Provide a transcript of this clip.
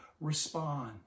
Respond